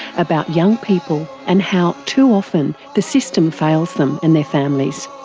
about young people and how too often the system fails them and their families.